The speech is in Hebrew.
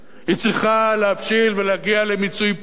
היא צריכה להבשיל ולהגיע למיצוי פוליטי.